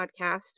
podcast